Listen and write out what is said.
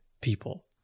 people